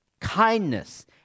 kindness